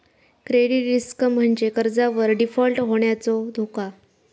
credit risk म्हणजे कर्जावर default होण्याचो धोका